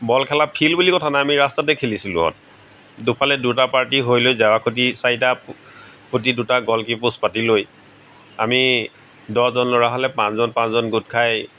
বল খেলা ফিল্ড বুলি কথা নাই আমি ৰাস্তাতে খেলিছিলোহঁত দুফালে দুটা পাৰ্টি হৈ লৈ জেওৰা খুটি চাৰিটা পুতি দুটা গ'লকি পোষ্ট পাতি লৈ আমি দহজন ল'ৰা হ'লে পাঁচজন পাঁচজন গোট খাই